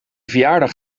verjaardag